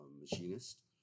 machinist